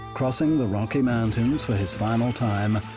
crossing the rocky mountains for his final time,